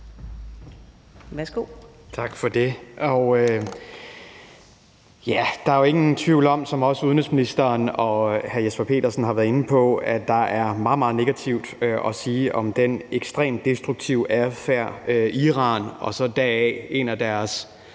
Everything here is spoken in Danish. (V): Tak for det. Der er jo ingen tvivl om, som også udenrigsministeren og hr. Jesper Petersen har været inde på, at der er meget, meget negativt at sige om den ekstremt destruktive adfærd, Iran og så deraf en af deres